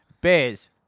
bears